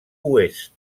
oest